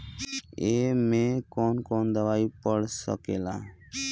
ए में कौन कौन दवाई पढ़ सके ला?